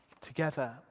together